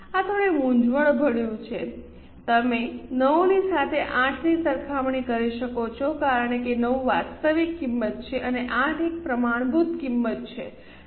આ થોડી મૂંઝવણભર્યું છે તમે 9 ની સાથે 8 ની સરખામણી કરી શકો છો કારણ કે 9 વાસ્તવિક કિંમત છે અને 8 એક પ્રમાણભૂત કિંમત છે